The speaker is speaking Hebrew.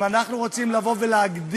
אם אנחנו רוצים לבוא ולהגדיל,